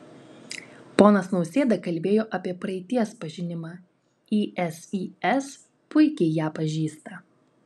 ponas nausėda kalbėjo apie praeities pažinimą isis puikiai ją pažįsta